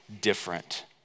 different